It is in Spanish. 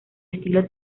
estilo